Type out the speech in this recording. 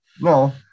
No